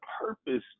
purpose